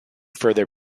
further